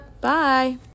bye